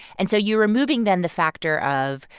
and so you're removing then the factor of,